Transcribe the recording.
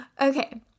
Okay